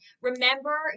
remember